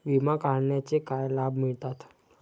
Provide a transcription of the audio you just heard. विमा काढण्याचे काय लाभ मिळतात?